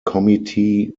committee